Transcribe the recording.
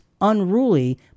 unruly